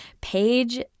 page